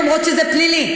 למרות שזה פלילי.